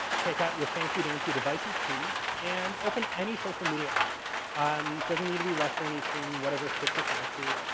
take out your fancy dancy devices, please, and open any social media app. it um doesn't need to be western, eastern, whatever fits your fancy.